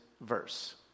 verse